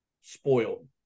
spoiled